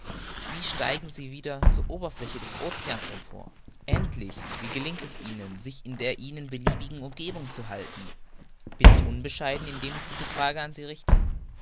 wie steigen sie wieder zur oberfläche des oceans empor endlich wie gelingt es ihnen sich in der ihnen beliebigen umgebung zu halten bin ich unbescheiden indem ich diese fragen an sie richte